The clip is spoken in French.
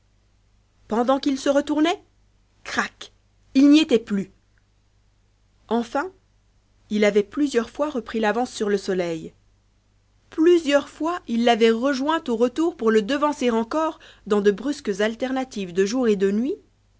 pendant qu'il se retournait crac ils n'y étaient plus enfin il avait plusieurs fois repris l'avance sur le soleil plusieurs fois it l'avait rejoint au retour pour le devancer encore dans de brusques alternatives de jour et de nuit